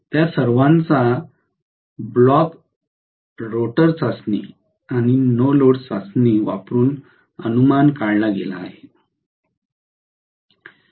त्या सर्वांचा block rotor चाचणी आणि नो लोड चाचणी वापरुन अनुमान काढला गेला आहे